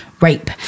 rape